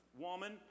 Woman